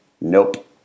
nope